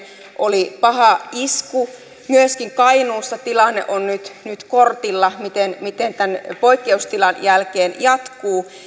oli paha isku myöskin kainuussa tilanne on nyt nyt kortilla miten se tämän poikkeustilan jälkeen jatkuu